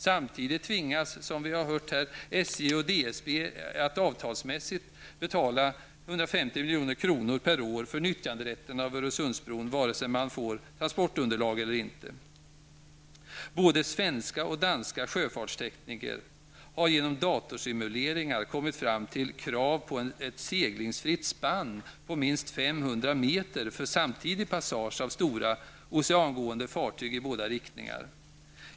Samtidigt tvingas, som vi har hört här, SJ och DSB att avtalsmässigt betala 150 Öresundsbron, vare sig man får transportunderlag eller inte. Både svenska och danska sjöfartstekniker har genom datorsimuleringar kommit fram till krav på ett seglingsfritt spann på minst 500 meter för samtidig passage av stora oceangående fartyg i båda riktningar.